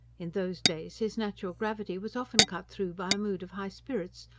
in those days his natural gravity was often cut through by a mood of high spirits,